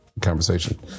conversation